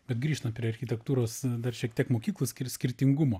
bet grįžtant prie architektūros dar šiek tiek mokyklų skirtingumo